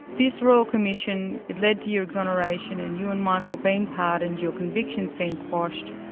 this royal commission led to your exoneration and you and michael being pardoned, your convictions being quashed.